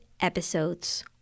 episodes